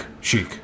chic